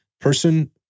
Person